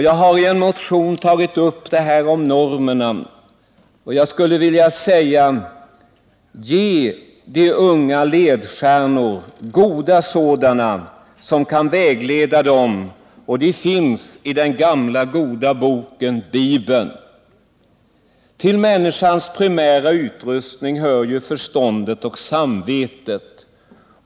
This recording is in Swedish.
Jag har i en motion tagit upp detta med normerna. Jag skulle vilja säga: Ge de unga ledstjärnor, goda sådana, som kan vägleda dem. Ledstjärnor finns i den gamla goda boken: Bibeln. Till människans primära utrustning hör ju förståndet och samvetet.